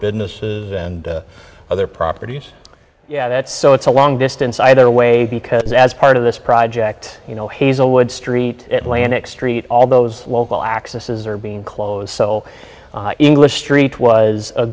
businesses and other properties yeah that so it's a long distance either way because as part of this project you know hazelwood street atlanta extreme all those local accesses are being closed so english street was a